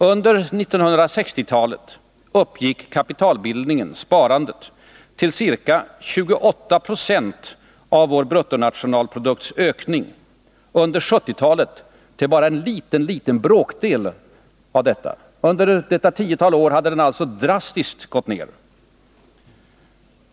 Under 1960-talet uppgick kapitalbildningen, sparandet, till ca 28 20 av bruttonationalproduktens ökning, under 1970-talet till bara en liten bråkdel av detta. Den hade alltså under detta årtionde drastiskt gått ned.